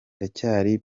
ndacyari